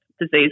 disease